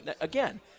Again